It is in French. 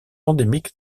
endémique